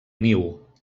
niu